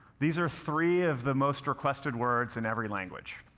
these are three of the most requested words in every language.